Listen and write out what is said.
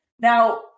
Now